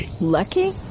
Lucky